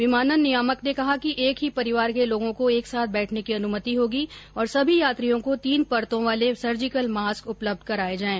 विमानन नियामक ने कहा है कि एक ही परिवार के लोगों को एक साथ बैठने की अनुमति होगी और सभी यात्रियों को तीन परतों वाले सर्जिकल मास्क उपलब्ध कराये जाएं